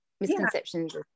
misconceptions